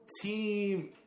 Team